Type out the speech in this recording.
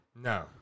No